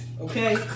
Okay